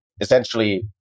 essentially